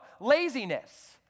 laziness